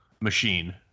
machine